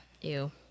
Ew